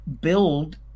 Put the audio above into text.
build